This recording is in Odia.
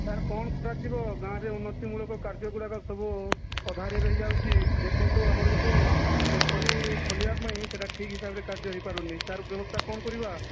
ସାର୍ କଣ କରାଯିବ ଗାଁରେ ଉନ୍ନତିମୂଳକ କାର୍ଯ୍ୟ ଗୁଡ଼ାକ ସବୁ ଅଧାରେ ରହି ଯାଉଛି ଦେଖନ୍ତୁ ଆମର ଗୋଟିଏ ପୋଖରୀ ଖୋଳିବା ପାଇଁ ସେ'ଟା ଠିକ ହିସାବରେ କାର୍ଯ୍ୟ ହୋଇପାରୁନି ତାର ବ୍ୟବସ୍ଥା କ'ଣ କରିବା